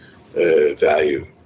value